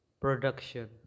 production